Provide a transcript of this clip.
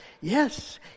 yes